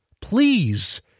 please